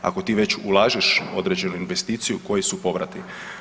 Ako ti već ulažeš određenu investiciju, koji su povrati?